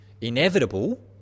inevitable